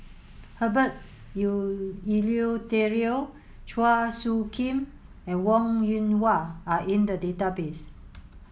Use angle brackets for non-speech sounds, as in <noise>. Herbert <unintelligible> Eleuterio Chua Soo Khim and Wong Yoon Wah are in the database